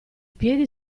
piedi